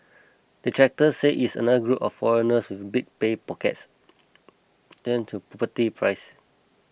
detractors say it's just another group of foreigners with big pay packets driving to property prices